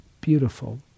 beautiful